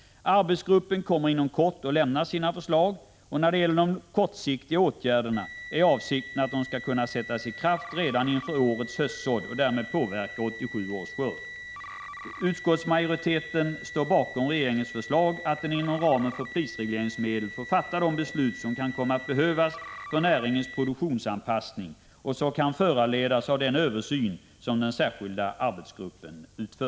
Arbetsgruppen kommer inom kort att presentera sina förslag. Avsikten är att bestämmelserna i detta sammanhang skall kunna träda i kraft redan inför årets höstsådd. Därmed påverkas 1987 års skörd. Utskottsmajoriteten står också bakom regeringens förslag om att den inom ramen för prisregleringsmedel får fatta de beslut som kan komma att behövas för näringens produktionsanpassning och som kan föranledas av den översyn som den = Prot. 1985/86:160 särskilda arbetsgruppen utför.